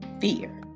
fear